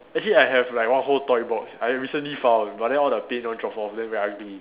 actually I have like one whole toy box I recently found but then all the pin all drop off then very ugly